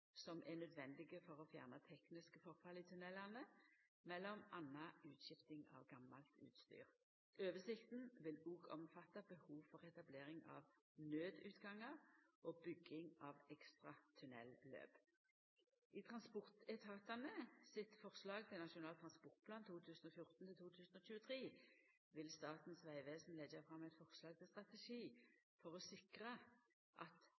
som er nødvendige for å fjerna teknisk forfall i tunnelane, m.a. utskifting av gammalt utstyr. Oversikta vil også omfatta behov for etablering av nødutgangar og bygging av ekstra tunnelløp. I transportetatane sitt forslag til Nasjonal transportplan 2014–2023 vil Statens vegvesen leggja fram eit forslag til strategi for å sikra at